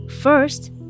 First